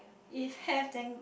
if have then